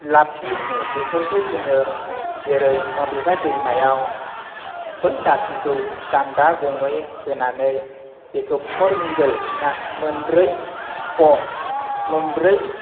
लाफि होनो बेफोरखौ जोङो जेरै माबेबा दैमायाव बै लाफिखौ दान्दा गंनै होनानै बेखौ मोनब्रै ख' मोनब्रै